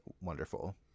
wonderful